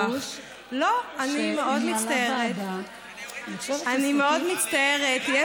יש קוד לבוש שניהלה ועדה, אני מאוד מצטערת,